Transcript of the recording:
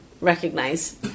recognize